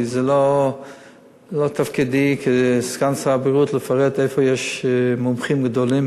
כי זה לא תפקידי כסגן שר הבריאות לפרט איפה יש מומחים גדולים,